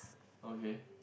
okay